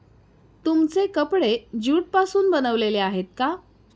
तुमचे कपडे ज्यूट पासून बनलेले आहेत का?